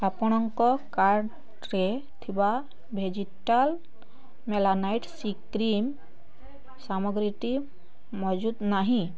ଆପଣଙ୍କ କାର୍ଟ୍ରେ ଥିବା ଭେଜିଟାଲ୍ ମେଲାନାଇଟ୍ ସି କ୍ରିମ୍ ସାମଗ୍ରୀଟି ମହଜୁଦ ନାହିଁ